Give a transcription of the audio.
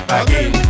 again